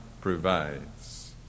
provides